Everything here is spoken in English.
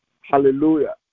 Hallelujah